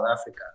Africa